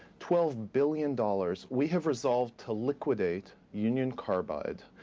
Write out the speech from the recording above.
twelve billion dollars. we have resolved to liquidate union carbide,